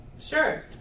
Sure